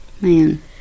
Man